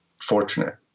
fortunate